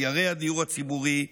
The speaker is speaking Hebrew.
דיירי הדיור הציבורי,